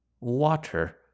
water